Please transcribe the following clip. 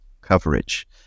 coverage